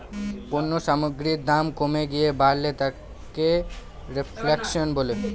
পণ্য সামগ্রীর দাম কমে গিয়ে বাড়লে তাকে রেফ্ল্যাশন বলে